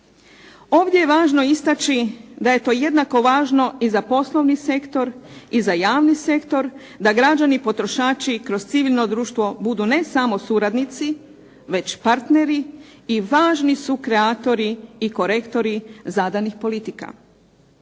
Ovdje je važno istaći da je to jednako važno i za poslovni sektor i za javni sektor, da građani potrošači kroz civilno društvo budu ne samo suradnici već partneri i važni su kreatori i korektori zadanih politika.